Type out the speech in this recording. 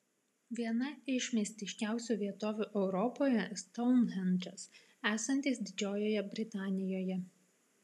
viena iš mistiškiausių vietovių europoje stounhendžas esantis didžiojoje britanijoje